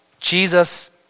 Jesus